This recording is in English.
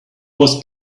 was